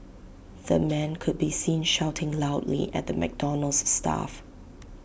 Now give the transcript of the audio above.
the man could be seen shouting loudly at the McDonald's staff